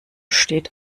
steht